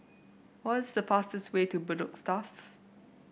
what is the fastest way to Bedok Stuff